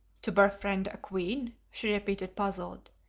to befriend a queen, she repeated puzzled.